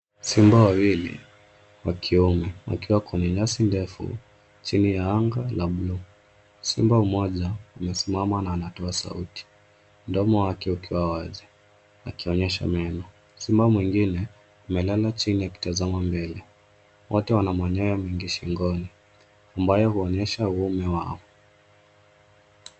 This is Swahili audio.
Simba wawili wa kiume wakiwa kwenye nyasi ndefu chini ya anga la blue. Simba mmoja amesimama na anatoa sauti, mdomo wake ukiwa wazi akionyesha meno. Simba mwingine amelala chini akitazama mbele. Wote wana manyoya mengi shingoni ambayo huonyesha uume wao.